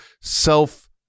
self